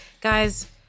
Guys